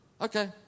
okay